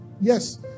Yes